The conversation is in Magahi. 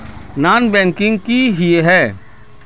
नॉन बैंकिंग किए हिये है?